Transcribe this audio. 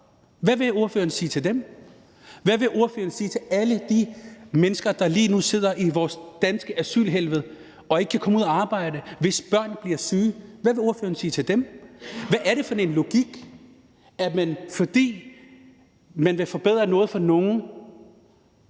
Hvad vil ordføreren sige til dem? Hvad vil ordføreren sige til alle de mennesker, der lige nu sidder i vores danske asylhelvede og ikke kan komme ud og arbejde, og hvis børn bliver syge? Hvad vil ordføreren sige til dem? Hvad er det for en logik, at fordi man vil forbedre noget for nogen,